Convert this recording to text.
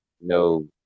no